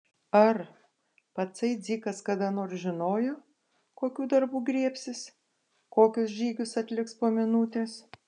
ar patsai dzikas kada nors žinojo kokių darbų griebsis kokius žygius atliks po minutės